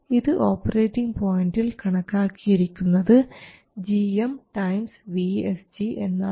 ഇത് ഓപ്പറേറ്റിങ് പോയിൻറിൽ കണക്കാക്കിയിരിക്കുന്നത് gm ടൈംസ് vSG എന്നാണ്